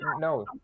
no